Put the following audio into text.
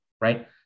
Right